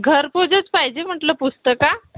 घरपोचंच पाहिजे म्हटलं पुस्तकं